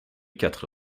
quatre